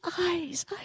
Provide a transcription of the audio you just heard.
eyes